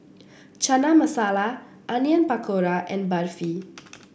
Chana Masala Onion Pakora and Barfi